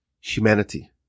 humanity